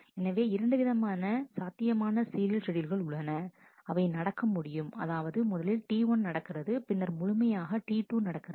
எனவே இரண்டு விதமான சத்தியமான சீரியல் ஷெட்யூல்கள் உள்ளன அவை நடக்க முடியும் அதாவது முதலில் T1 நடக்கிறது பின்னர் முழுமையான T2 நடக்கிறது